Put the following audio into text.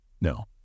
No